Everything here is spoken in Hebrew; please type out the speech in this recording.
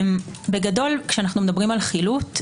בגדול כשאנו מדברים על חילוט,